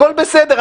הכול בסדר.